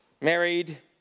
Married